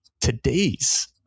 today's